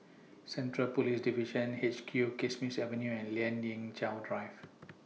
Central Police Division H Q Kismis Avenue and Lien Ying Chow Drive